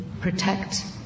protect